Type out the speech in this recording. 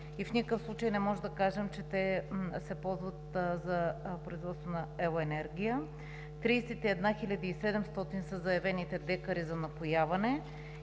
и в никакъв случай не можем да кажем, че те се ползват за производство на електроенергия – 31,700 са заявените декари за напояване